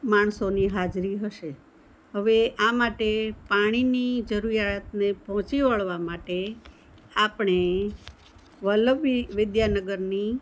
માણસોની હાજરી હશે હવે આ માટે પાણીની જરૂરિયાતને પહોંચી વળવા માટે આપણે વલ્લભ વિદ્યાનગરની